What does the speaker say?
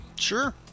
Sure